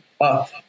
up